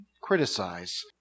criticize